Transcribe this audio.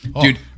Dude